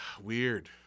weird